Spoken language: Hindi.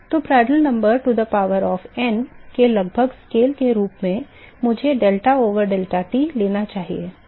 तो prandtl number to the power of n के लगभग स्केल के रूप में मुझे delta over deltat लेना चाहिए